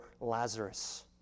Lazarus